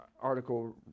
article